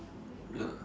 ya